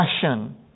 passion